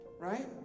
Right